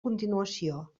continuació